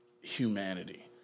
humanity